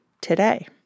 today